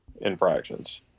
infractions